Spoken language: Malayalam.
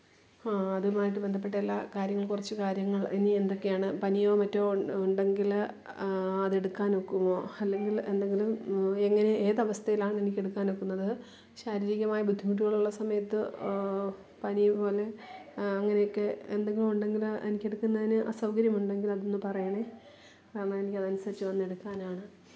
അതുമായിട്ട് ബന്ധപ്പെട്ട എല്ലാ കാര്യങ്ങള് കുറച്ച് കാര്യങ്ങള് ഇനി എന്തൊക്കെയാണ് പനിയോ മറ്റോ ഉണ്ടെങ്കിൽ അതെടുക്കാനൊക്കുമൊ അല്ലെങ്കില് എന്തെങ്കിലും എങ്ങനെ ഏത് അവസ്ഥയിലാണ് എനിക്കെടുക്കാനൊക്കുന്നത് ശാരീരികമായി ബുദ്ധിമുട്ടുകളുള്ള സമയത്ത് പനി പോലെ അങ്ങനെയൊക്കെ എന്തെങ്കിലും ഉണ്ടെങ്കിൽ എനിക്കെടുക്കുന്നതിന് അസൗകര്യം ഉണ്ടെങ്കിൽ അതൊന്ന് പറയണെ കാരണം എനിക്കതനുസരിച്ച് വന്നെടുക്കാനാണ്